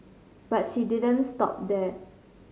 but she didn't stop there